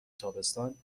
تابستان